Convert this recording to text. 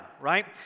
right